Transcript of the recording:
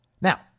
Now